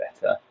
better